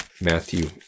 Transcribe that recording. Matthew